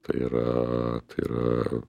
tai yra tai yra